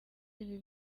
ibi